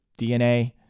DNA